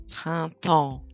printemps